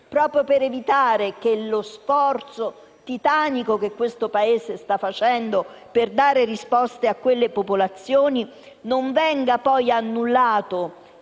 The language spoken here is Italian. proprio per evitare che lo sforzo titanico che questo Paese sta facendo per dare risposte a quelle popolazioni non venga poi annullato